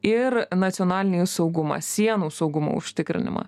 ir nacionalinį saugumą sienų saugumo užtikrinimą